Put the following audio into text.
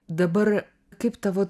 dabar kaip tavo